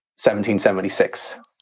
1776